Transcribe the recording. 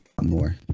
more